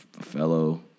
Fellow